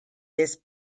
this